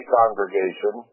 congregation